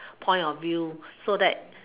point of view so that